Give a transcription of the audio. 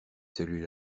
celui